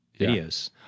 videos